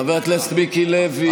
חבר הכנסת מיקי לוי,